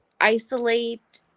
isolate